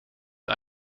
wat